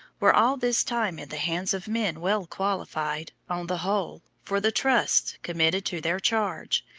were all this time in the hands of men well qualified, on the whole, for the trusts committed to their charge,